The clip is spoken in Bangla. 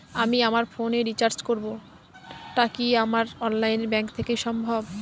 আমি আমার ফোন এ রিচার্জ করব টা কি আমার অনলাইন ব্যাংক থেকেই সম্ভব?